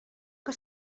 que